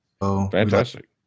Fantastic